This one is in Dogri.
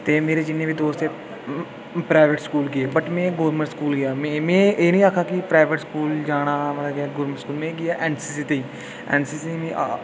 ते मेरे जि'न्ने बी दोस्त हे प्राइवेट स्कूल गे वट में गौरमेंट स्कूल गेआ में में एह् निं आक्खा की प्राइवेट स्कूल जाना मतलब की गौरमेंट स्कूल में गेआ एनसीसी एनसीसी मी